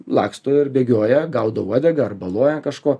laksto ir bėgioja gaudo uodegą arba loja ant kažko